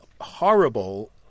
horrible